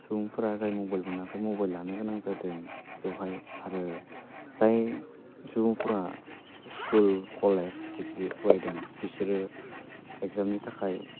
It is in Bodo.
सुबुंफ्रा जाय मबाइल मोनाखै मबाइ लानो गोनां जादों बेवहाय आरो जाय सुबुंफ्रा स्कुल कलेज डिग्री फरायदों बिसोरो एग्जामनि थाखाय